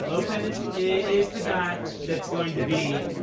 lopen is is the guy that's going to be